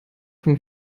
vom